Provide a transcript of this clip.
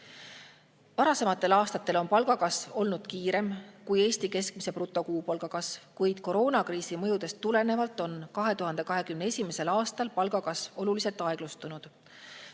Varasematel aastatel on [sektoris] palgakasv olnud kiirem kui Eesti keskmise brutokuupalga kasv, kuid koroonakriisi mõjudest tulenevalt on 2021. aastal palgakasv oluliselt aeglustunud.